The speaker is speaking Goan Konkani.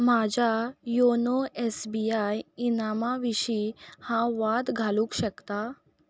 म्हाज्या योनो एसबीआय इनामां विशीं हांव वाद घालूंक शकता